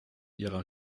ihrer